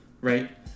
right